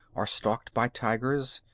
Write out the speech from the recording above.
or stalked by tigers.